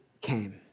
came